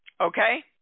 Okay